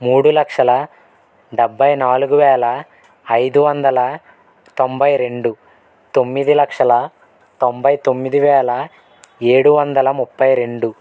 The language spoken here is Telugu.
మూడు లక్షల డెబ్భై నాలుగు వేల ఐదు వందల తొంభై రెండు తొమ్మిది లక్షల తొంభై తొమ్మిది వేల ఏడు వందల ముప్పై రెండు